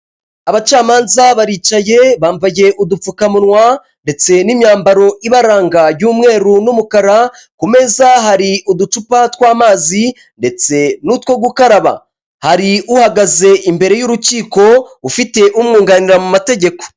Abacamanza baricaye bambaye udupfukamunwa, ndetse n'imyambaro ibaranga y'umweru n'umukara, ku meza hari uducupa tw'amazi ndetse n'utwo gukaraba. Hari uhagaze imbere y'urukiko ufite umwunganira mu mategeko.